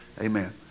amen